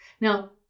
Now